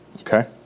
Okay